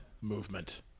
movement